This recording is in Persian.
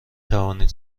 توانید